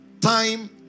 time